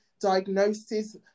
diagnosis